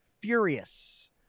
Furious